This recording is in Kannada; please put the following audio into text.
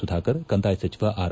ಸುಧಾಕರ್ ಕಂದಾಯ ಸಚಿವ ಆರ್